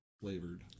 flavored